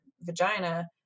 vagina